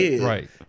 Right